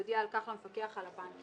יודיע על כך למפקח על הבנקים.